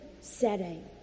setting